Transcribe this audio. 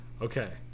Okay